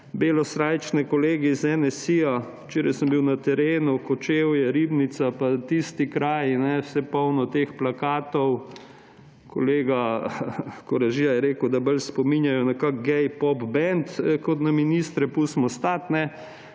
belosrajčni kolegi iz NSi. Včeraj sem bil na terenu, Kočevje, Ribnica pa tisti kraji, vse polno teh plakatov ‒ kolega Koražija je rekel, da bolj spominjajo na kakšen gay pop band kot na ministre. Pustimo stati!